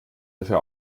dafür